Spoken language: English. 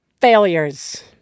Failures